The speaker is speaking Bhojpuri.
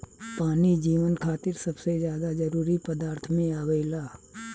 पानी जीवन खातिर सबसे ज्यादा जरूरी पदार्थ में आवेला